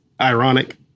Ironic